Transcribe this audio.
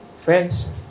Friends